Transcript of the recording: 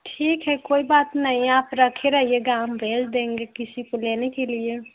ठीक है कोई बात नहीं आप रखे रहिएगा हम भेज देंगे किसी को लेने के लिए